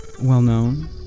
well-known